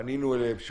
פנינו אליהם שוב,